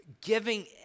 giving